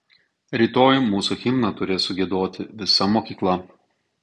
rytoj mūsų himną turės sugiedoti visa mokykla